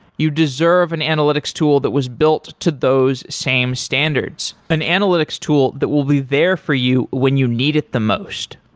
you deserve an analytics tool that was built to those same standards, an analytics tool that will be there for you when you needed the most.